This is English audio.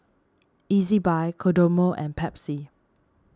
Ezbuy Kodomo and Pepsi